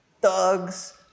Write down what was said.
thugs